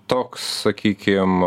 toks sakykim